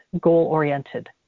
goal-oriented